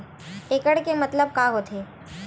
एकड़ के मतलब का होथे?